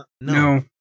No